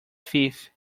thief